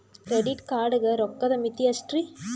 Credit card ಗ ರೋಕ್ಕದ್ ಮಿತಿ ಎಷ್ಟ್ರಿ?